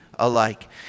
alike